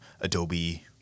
adobe